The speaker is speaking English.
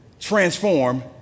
Transform